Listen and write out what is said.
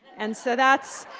and so that's